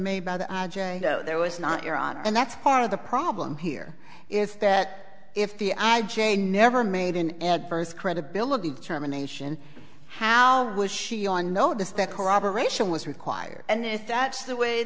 made by the there was not your honor and that's part of the problem here is that if the i j never made an adverse credibility determination how was she on notice that corroboration was required and if that's the way